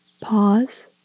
Pause